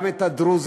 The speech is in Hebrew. גם את הדרוזים,